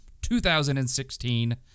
2016